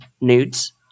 Nudes